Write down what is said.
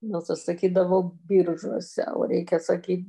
nes aš sakydavau biržuose o reikia sakyt